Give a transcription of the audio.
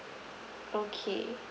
okay